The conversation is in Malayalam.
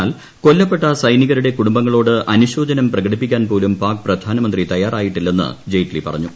എന്നാൽ കൊല്ലപ്പെട്ട സൈനികരുടെ കുടുംബങ്ങളോട് അനുശോചനം പ്രകടിപ്പിക്കാൻപോലും പാക് പ്രധാനമന്ത്രി തയാറായിട്ടില്ലെന്ന് ജെയ്റ്റ്ലി പറഞ്ഞു